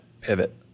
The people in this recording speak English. pivot